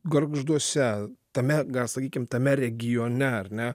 gargžduose tame gal sakykim tame regione ar ne